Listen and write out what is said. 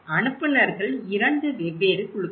அனுப்புநர்கள் இரண்டு வெவ்வேறு குழுக்கள்